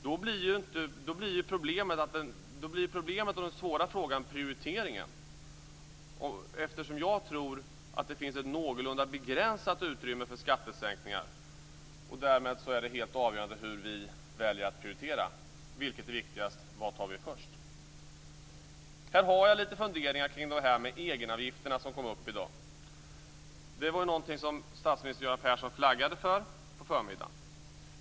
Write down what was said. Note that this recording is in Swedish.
Då blir ju problemet och den svåra frågan prioriteringen. Eftersom jag tror att det finns ett begränsat utrymme för skattesänkningar är prioriteringen helt avgörande. Vilket är viktigast? Vad skall vi ta först? Här har jag lite funderingar kring detta med egenavgifter som togs upp i dag. Det var någonting som statsministern flaggade för här på förmiddagen.